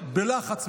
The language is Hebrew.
בלחץ,